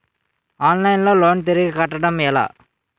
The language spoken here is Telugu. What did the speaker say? ఆన్లైన్ లో లోన్ తిరిగి కట్టడం ఎలా?